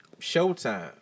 Showtime